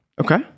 Okay